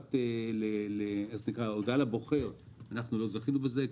לחלוקת הודעה לבוחר לא זכינו בזה,